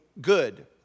good